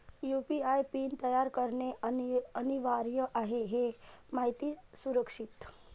UPI PIN तयार करणे अनिवार्य आहे हे माहिती सुरक्षित